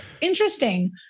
interesting